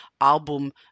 album